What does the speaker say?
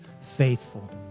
faithful